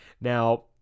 Now